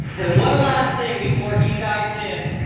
and one last thing before he dives in,